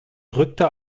rückte